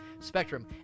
Spectrum